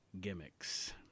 gimmicks